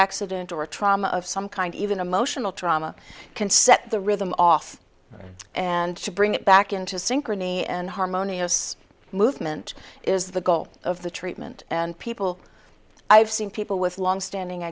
accident or a trauma of some kind even emotional trauma can set the rhythm off and bring it back into synchrony and harmonious movement is the goal of the treatment and people i've seen people with long standing